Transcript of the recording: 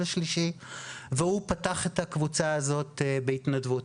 השלישי והוא זה שפתח את הקבוצה הזאת בהתנדבות.